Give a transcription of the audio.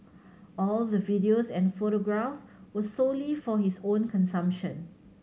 all the videos and photographs were solely for his own consumption